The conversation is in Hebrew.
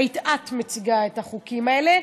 היית את מציגה את החוקים האלה,